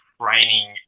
training